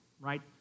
right